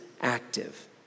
active